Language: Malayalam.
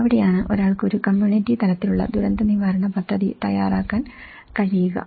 അവിടെയാണ് ഒരാൾക്ക് ഒരു കമ്മ്യൂണിറ്റി തലത്തിലുള്ള ദുരന്ത നിവാരണ പദ്ധതി തയ്യാറാക്കാൻ കഴിയുക